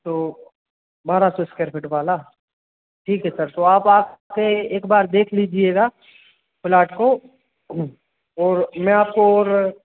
तो बारह सौ स्क्वायर फिट वाला ठीक है सर तो अब आप एक बार देख लीजियेगा प्लाट को और मैं आपको और